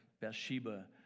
Bathsheba